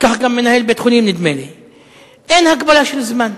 כך גם מנהל בית-חולים, אין הגבלה של זמן.